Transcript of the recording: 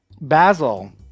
Basil